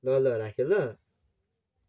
ल ल राखेँ ल